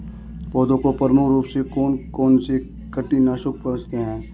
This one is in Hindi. पौधों को प्रमुख रूप से कौन कौन से कीट नुकसान पहुंचाते हैं?